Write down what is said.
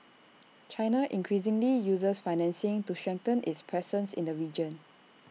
China increasingly uses financing to strengthen its presence in the region